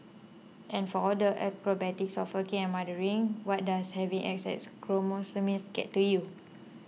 and for all the acrobatics of working and mothering what does having X X chromosomes get you